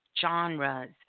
genres